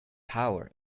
power